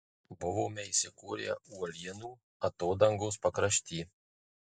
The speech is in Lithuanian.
buvome įsikūrę uolienų atodangos pakrašty